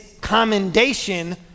commendation